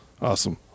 Awesome